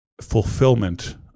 fulfillment